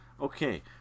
Okay